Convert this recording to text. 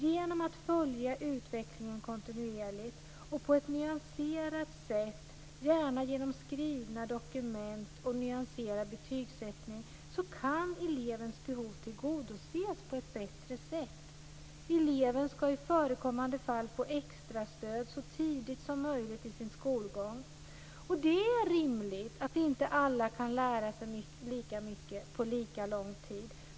Genom att följa utvecklingen kontinuerligt och på ett nyanserat sätt, gärna genom skrivna dokument och nyanserad betygssättning, kan elevens behov tillgodoses på ett bättre sätt. Eleven skall i förekommande fall få extra stöd så tidigt som möjligt i sin skolgång. Det är rimligt att inte alla kan lära sig lika mycket på lika lång tid.